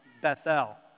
Bethel